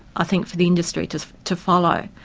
i think, for the industry to to follow.